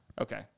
Okay